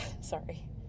Sorry